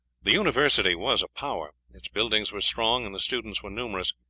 the university was a power its buildings were strong, and the students were numerous,